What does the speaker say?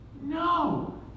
No